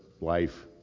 life